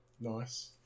Nice